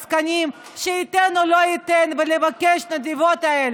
נמאס לו להיות תלוי בעסקנים שייתנו או לא ייתנו ולבקש את הנדבות האלה.